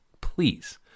please